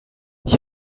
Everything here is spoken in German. ich